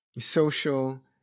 social